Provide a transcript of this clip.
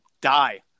die